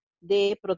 de